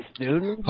dude